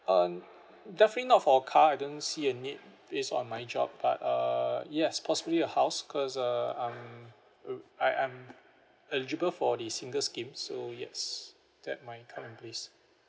uh definitely not for car I don't see a need is on my job but uh yes possibly a house because uh I'm I~ I'm eligible for the single scheme so yes that might come in place